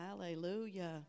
Hallelujah